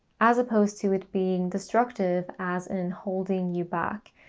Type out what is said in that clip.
as opposed to it being destructive, as in holding you back?